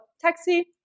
taxi